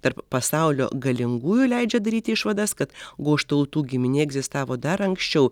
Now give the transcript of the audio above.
tarp pasaulio galingųjų leidžia daryti išvadas kad goštautų giminė egzistavo dar anksčiau